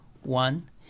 One